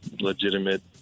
legitimate